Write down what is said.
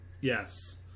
Yes